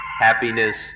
happiness